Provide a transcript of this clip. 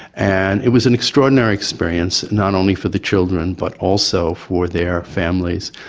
and it was an extraordinary experience not only for the children but also for their families,